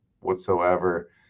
whatsoever